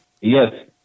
yes